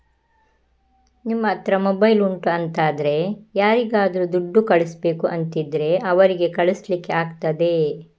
ನಿಮ್ಮ ಹತ್ರ ಮೊಬೈಲ್ ಉಂಟು ಅಂತಾದ್ರೆ ಯಾರಿಗಾದ್ರೂ ದುಡ್ಡು ಕಳಿಸ್ಬೇಕು ಅಂತಿದ್ರೆ ಅವರಿಗೆ ಕಳಿಸ್ಲಿಕ್ಕೆ ಆಗ್ತದೆ